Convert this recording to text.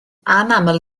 anaml